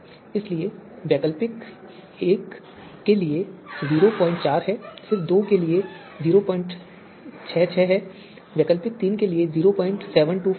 इसलिए वैकल्पिक एक के लिए यह 04 है फिर विकल्प दो के लिए यह 066 है वैकल्पिक तीन के लिए यह 0725 है